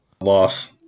Loss